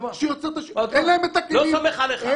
אין להם את הכלים.